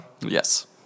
Yes